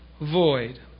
void